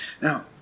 Now